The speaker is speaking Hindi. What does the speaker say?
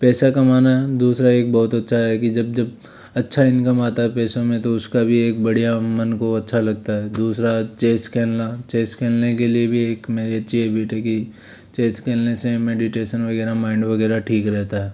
पैसे कमाना दूसरा एक बहुत अच्छा है कि जब अच्छा इनकम आता है पैसों में तो एक बढ़िया मन को अच्छा लगता है दूसरा चेस खेलना चेस खेलने के लिए भी एक मेरी अच्छी हेबिट है कि चेस खेलने से मेडिटेशन वगैरह माइन्ड वगैरह ठीक रहता है